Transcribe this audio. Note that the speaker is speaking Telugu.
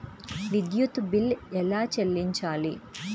విద్యుత్ బిల్ ఎలా చెల్లించాలి?